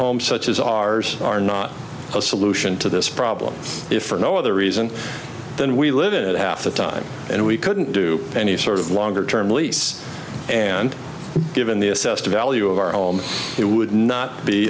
homes such as ours are not a solution to this problem if for no other reason than we live in it half the time and we couldn't do any sort of longer term lease and given the assessed value of our all it would not be